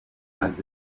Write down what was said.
maze